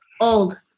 old